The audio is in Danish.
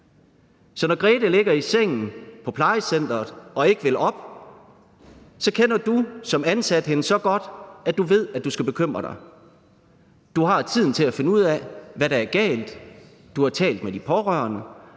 Så når Grete ligger i sengen på plejecenteret og ikke vil op, kender du som ansat hende så godt, at du ved, at du skal bekymre dig. Du har tiden til at finde ud af, hvad der er galt. Du har talt med de pårørende,